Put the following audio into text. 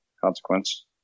consequence